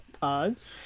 pods